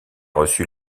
reçu